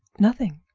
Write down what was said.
nothing,